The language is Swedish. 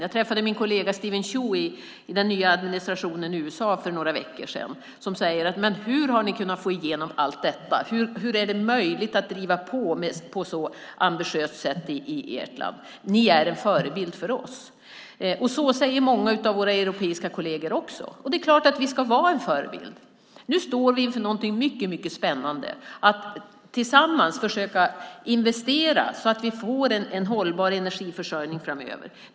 Jag träffade min kollega Steven Chu i den nya administrationen i USA för några veckor sedan. Han säger: Men hur har ni kunnat få igenom allt detta? Hur är det möjligt att driva på i ert land på ett så ambitiöst sätt? Ni är en förebild för oss! Så säger många av våra europeiska kolleger också. Det är klart att vi ska vara en förebild. Nu står vi inför något mycket spännande: att tillsammans försöka investera, så att vi får en hållbar energiförsörjning framöver.